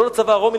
לא לצבא הרומי,